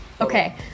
Okay